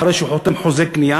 אחרי שהוא חותם על חוזה קנייה,